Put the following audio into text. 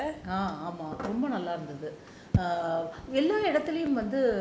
ஆமா ரொம்ப நல்லா இருந்துது எல்லா இடத்துலையும் வந்து:aama romba nallaa irunthuthu ellaa idathulayum vanthu